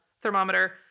thermometer